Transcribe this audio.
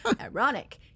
ironic